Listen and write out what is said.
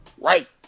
Right